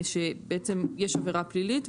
שבעצם יש עבירה פלילית,